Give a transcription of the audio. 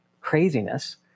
craziness